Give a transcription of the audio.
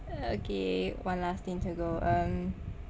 okay one last thing to go um